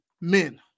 men